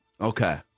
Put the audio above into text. Okay